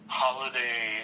holiday